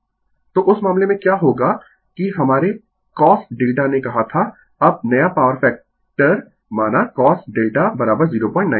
Refer Slide Time 2103 तो उस मामले में क्या होगा कि हमारे cos डेल्टा ने कहा था अब नया पॉवर फैक्टर माना cos delta095